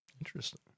Interesting